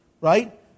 Right